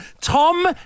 Tom